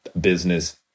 business